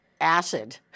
acid